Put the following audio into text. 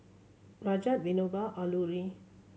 Rajat Vinoba Alluri